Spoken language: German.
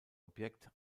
objekt